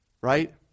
right